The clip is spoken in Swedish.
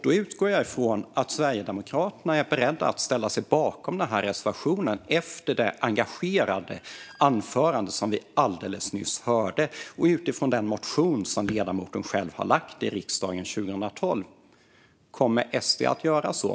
Efter det engagerade anförande vi alldeles nyss hörde och utifrån den motion som ledamoten själv lade fram i riksdagen 2012 utgår jag från att Sverigedemokraterna är beredda att ställa sig bakom reservationen. Kommer SD att göra det?